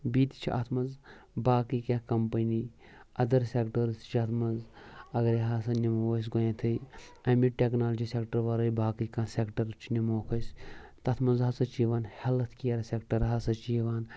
بیٚیہِ تہِ چھِ اَتھ منٛز باقٕے کیٚنٛہہ کَمپٔنی اَدَر سٮ۪کٹٲرٕس تہِ چھِ اَتھ منٛز اَگرے یہِ ہَسا نِمو أسۍ گۄڈنؠتھٕے امہِ ٹؠکنالجی سؠکٹر وَرٲے باقٕے کانٛہہ سؠکٹر چھِ نِمو ٲسۍ تَتھ منٛز ہَسا چھِ یِوان ہیلَتھ کِیٔر سؠکٹر ہَسا چھِ یِوان